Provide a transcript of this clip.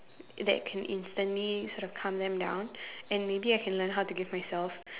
that can instantly sort of calm them down and maybe I can learn how to give myself